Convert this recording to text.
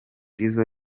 jizzo